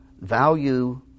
value